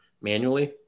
manually